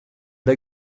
der